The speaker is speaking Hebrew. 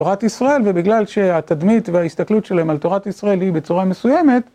תורת ישראל, ובגלל שהתדמית וההסתכלות שלהם על תורת ישראל היא בצורה מסוימת.